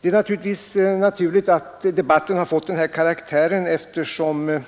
Det är naturligt att debatten har fått denna karaktär eftersom